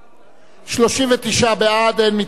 39 בעד, אין מתנגדים ואין נמנעים.